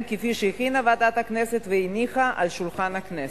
כפי שהכינה ועדת הכנסת והניחה על שולחן הכנסת.